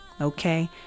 Okay